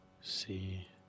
See